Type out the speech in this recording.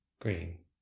green